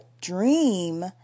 dream